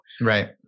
right